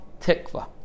tikva